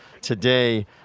today